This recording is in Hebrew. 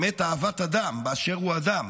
באמת אהבת אדם באשר הוא אדם.